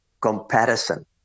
comparison